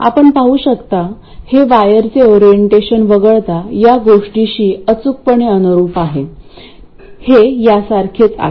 आपण पाहू शकता हे वायरचे ओरिएंटेशन वगळता या गोष्टीशी अचूकपणे अनुरुप आहे हे यासारखेच आहे